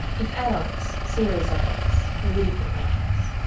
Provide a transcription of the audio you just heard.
if adults, serious adults, political adults,